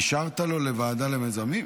אישרת לו לוועדה למיזמים?